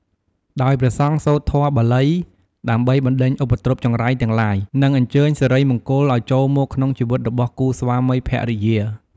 ដោយព្រះសង្ឃសូត្រធម៌បាលី ដើម្បីបណ្តេញឧបទ្រពចង្រៃទាំងឡាយ និងអញ្ជើញសិរីមង្គលឲ្យចូលមកក្នុងជីវិតរបស់គូស្វាមីភរិយា។